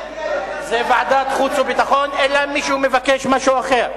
זה חוץ וביטחון, אלא אם מישהו מבקש משהו אחר.